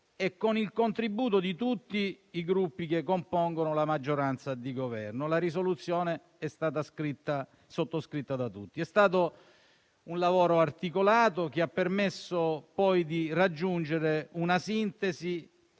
e con il contributo di tutti i Gruppi che compongono la maggioranza di Governo: la risoluzione è stata sottoscritta da tutti. È stato un lavoro articolato, che ha permesso di raggiungere una sintesi,